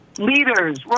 Leaders